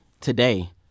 today